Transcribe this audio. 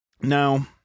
Now